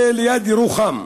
זה ליד ירוחם.